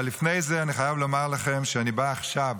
אבל לפני זה אני חייב לומר לכם שאני בא עכשיו